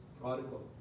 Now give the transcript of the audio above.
prodigal